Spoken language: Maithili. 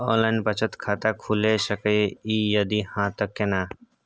ऑनलाइन बचत खाता खुलै सकै इ, यदि हाँ त केना?